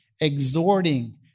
exhorting